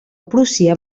prússia